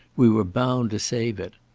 we were bound to save it.